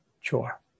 chore